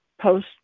post